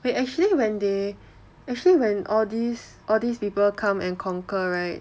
wait actually when they actually when all these all these people come and conquer right